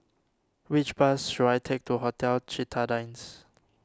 which bus should I take to Hotel Citadines